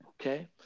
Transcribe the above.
okay